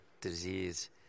disease